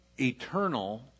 eternal